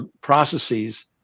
processes